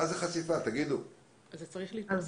תגידו מה זה חשיפה.